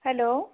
hello